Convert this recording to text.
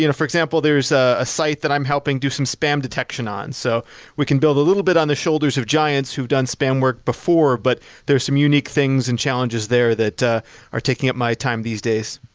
you know for example, there is ah a site that i'm helping do some spam detection on. so we can build a little bit on the shoulders of giants who've done spam work before but there are some unique things and challenges there that are taking up my time these days.